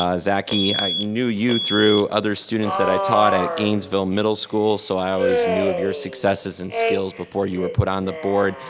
ah zaki, i knew you through other students that i taught at gainesville middle school so i always knew of your success and skills before you were put on the board.